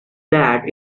that